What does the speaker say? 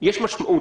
יש לזה משמעות.